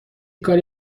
کاری